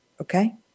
Okay